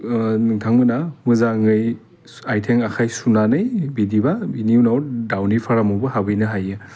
नोंथांमोना मोजाङै आइथें आखाइ सुनानै बिदिबा बिनि उनाव दाउनि फारामावबो हाबहैनो हायो